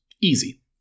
Easy